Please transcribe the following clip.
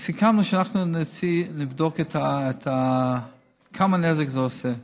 סיכמנו שאנחנו נבדוק כמה נזק זה עושה.